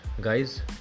guys